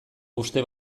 uste